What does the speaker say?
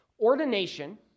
Ordination